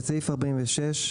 בעמוד השני,